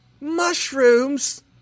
Mushrooms